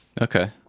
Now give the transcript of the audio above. Okay